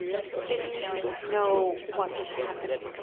i didn't know what was happening.